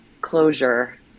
Closure